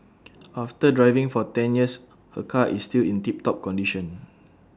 after driving for ten years her car is still in tip top condition